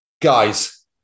Guys